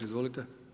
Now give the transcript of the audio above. Izvolite.